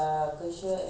valentina